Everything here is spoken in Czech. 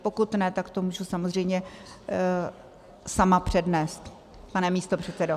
Pokud ne, tak to můžu samozřejmě sama přednést, pane místopředsedo.